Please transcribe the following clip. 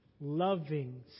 Loving